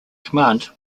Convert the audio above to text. command